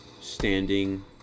standing